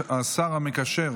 השר המקשר,